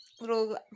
Little